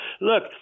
Look